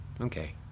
okay